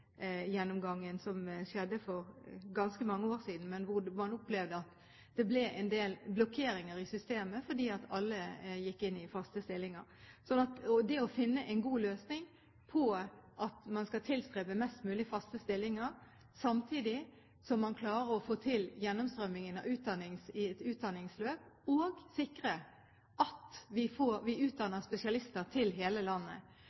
som skjedde for ganske mange år siden, hvor man opplevde at det ble en del blokkeringer i systemene fordi at alle gikk inn i faste stillinger. Det å finne en god løsning på å tilstrebe mest mulig faste stillinger, samtidig som man klarer å få til gjennomstrømningene i et utdanningsløp og sikre at vi utdanner spesialister til hele landet,